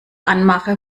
anmache